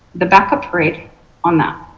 the backup parade and